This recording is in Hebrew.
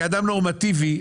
כאדם נורמטיבי,